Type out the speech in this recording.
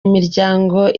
imiryango